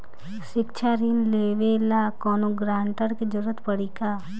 शिक्षा ऋण लेवेला कौनों गारंटर के जरुरत पड़ी का?